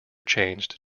changed